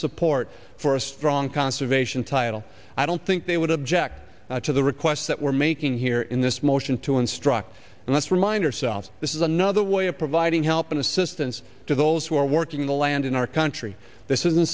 support for a strong conservation title i don't think they would object to the request that we're making here in this motion to instruct and let's remind ourselves this is another way of providing help and assistance to those who are working the land in our country this isn't